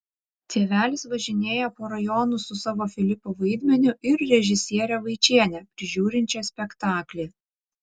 tėvelis važinėja po rajonus su savo filipo vaidmeniu ir režisiere vaičiene prižiūrinčia spektaklį